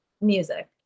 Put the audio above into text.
music